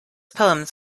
poems